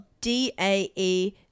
D-A-E